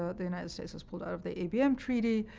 ah the united states has pulled out of the abm treaty.